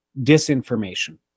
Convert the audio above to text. disinformation